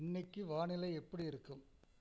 இன்றைக்கி வானிலை எப்படி இருக்கும்